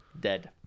dead